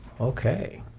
Okay